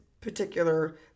particular